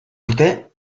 urte